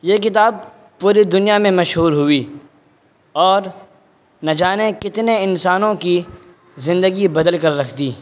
یہ کتاب پوری دنیا میں مشہور ہوئی اور نہ جانے کتنے انسانوں کی زندگی بدل کر رکھ دی